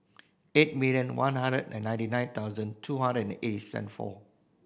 eight million one hundred and ninety nine thousand two hundred and eight seven four